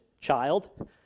Child